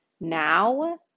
now